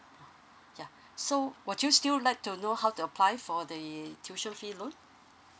ya so would you still like to know how to apply for the tuition fee loan